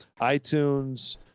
iTunes